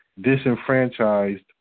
disenfranchised